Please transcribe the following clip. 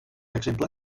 exemple